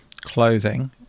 clothing